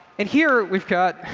and here we've got